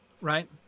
right